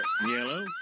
Yellow